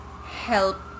help